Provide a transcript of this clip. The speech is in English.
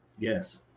yes